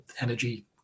energy